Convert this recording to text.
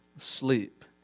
sleep